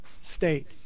state